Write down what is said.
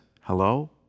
hello